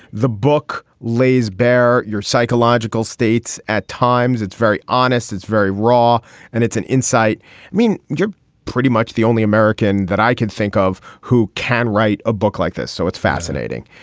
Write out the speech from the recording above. the book lays bare your psychological states at times. it's very honest, it's very raw and it's an insight. i mean, you're pretty much the only american that i can think of who can write a book like this. so it's fascinating.